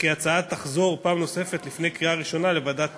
וכי ההצעה תחזור פעם נוספת לפני הקריאה הראשונה לוועדת